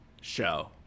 show